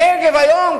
הנגב היום,